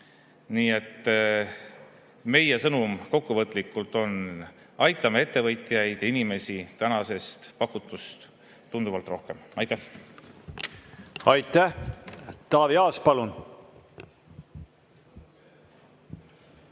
Nii et meie sõnum kokkuvõtlikult on: aitame ettevõtjaid ja inimesi täna pakutust tunduvalt rohkem! Aitäh! Aitäh! Taavi Aas, palun!